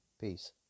Peace